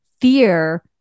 fear